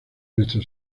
nuestra